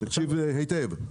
תקשיב לי היטב: